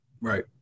Right